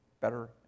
better